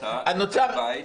-- קנתה בית